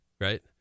Right